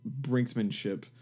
brinksmanship